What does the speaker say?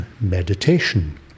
meditation